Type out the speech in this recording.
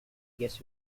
guess